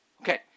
Okay